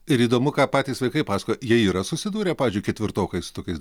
ir įdomu ką patys vaikai pasakojo jie yra susidūrę pavyzdžiui ketvirtokai su tokiais